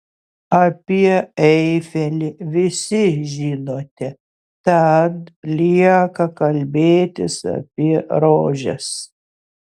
apie eifelį visi žinote tad lieka kalbėtis apie rožes